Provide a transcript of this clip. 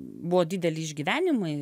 buvo dideli išgyvenimai